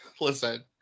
listen